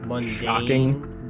shocking